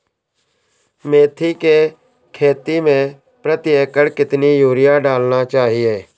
मेथी के खेती में प्रति एकड़ कितनी यूरिया डालना चाहिए?